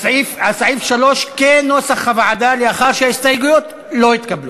סעיף 3 כנוסח הוועדה לאחר שההסתייגויות לא התקבלו.